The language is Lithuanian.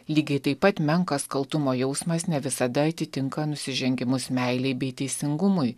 lygiai taip pat menkas kaltumo jausmas ne visada atitinka nusižengimus meilei bei teisingumui